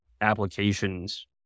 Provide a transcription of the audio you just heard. applications